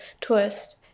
twist